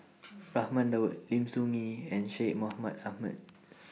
Raman Daud Lim Soo Ngee and Syed Mohamed Ahmed